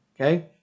Okay